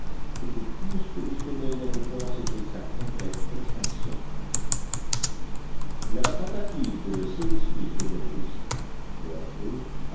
c'était plus que le sommeil d'un volcan c'était sa complète extinction la tentative de cyrus smith devait réussir peu à peu